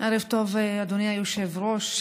ערב טוב, אדוני היושב-ראש.